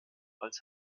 als